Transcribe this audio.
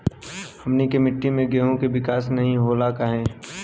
हमनी के मिट्टी में गेहूँ के विकास नहीं होला काहे?